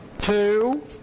Two